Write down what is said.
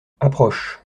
approche